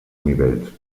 nivells